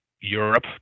Europe